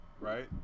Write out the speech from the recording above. right